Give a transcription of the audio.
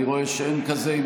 אני רואה שאין כאלה.